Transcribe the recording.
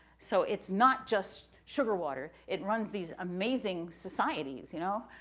so it's not just sugar water, it runs these amazing societies, you know,